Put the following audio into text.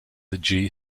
the